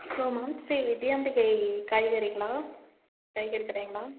hello ma'am Srividyambigai காய்கறிங்களா காய்கறி கடைங்களா